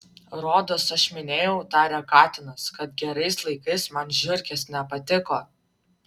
rodos aš minėjau tarė katinas kad gerais laikais man žiurkės nepatiko